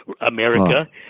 America